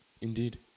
indeed